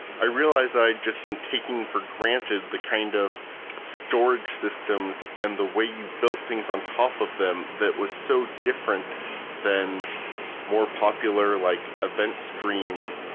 i realized that i had just been taking for granted the kind of storage systems and the way you built things on top of them that was so different than more popular, like event stream